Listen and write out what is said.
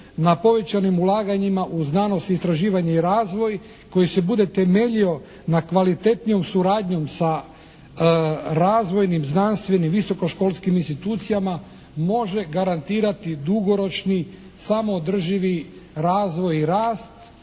na povećanim ulaganjima u znanost, istraživanje i razvoj, koji se bude temeljio na kvalitetnijoj suradnji sa razvojnim, znanstvenim, visoko školskim institucijama može garantirati dugoročni samo održivi razvoj i rast,